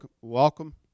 welcome